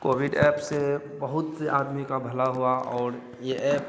Covid app से बहुत से आदमी का भला हुआ और यह एप